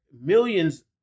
millions